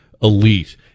elite